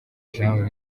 jean